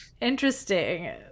Interesting